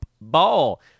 Ball